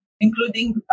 including